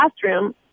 classroom